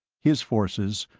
his forces,